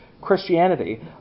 Christianity